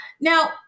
Now